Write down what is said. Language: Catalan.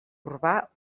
urbà